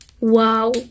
Wow